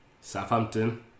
Southampton